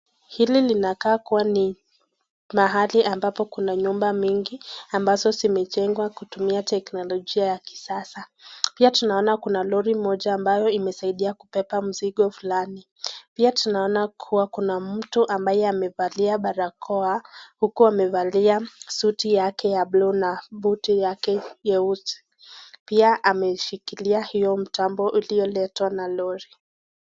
Hili linakaa kuwa ni mahali ambapo kuna nyumba mingi ambazo zimejengwa kutumia teknolojia ya kisasa. Pia tunaona kuna lori moja ambayo imesaidia kubeba mzigo fulani. Pia tunaona kuwa kuna mtu ambaye amevalia barakoa uku amevalia suti yake ya buluu na buti yake nyeusi. Pia amesikilia hiyo mtambo ulioletwa na lori.